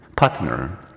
Partner